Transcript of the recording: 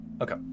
okay